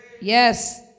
Yes